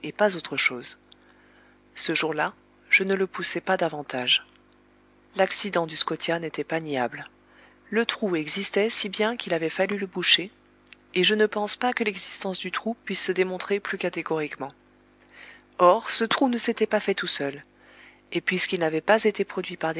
pas autre chose ce jour-là je ne le poussai pas davantage l'accident du scotia n'était pas niable le trou existait si bien qu'il avait fallu le boucher et je ne pense pas que l'existence du trou puisse se démontrer plus catégoriquement or ce trou ne s'était pas fait tout seul et puisqu'il n'avait pas été produit par